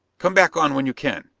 come back on when you can.